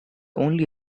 only